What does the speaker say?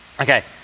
Okay